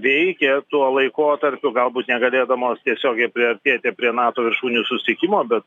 veikė tuo laikotarpiu galbūt negalėdamos tiesiogiai priartėti prie nato viršūnių susitikimo bet